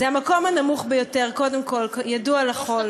זה המקום הנמוך ביותר, קודם כול, ידוע לכול.